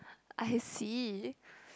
i see